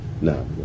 No